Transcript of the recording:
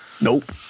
Nope